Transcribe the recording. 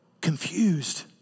confused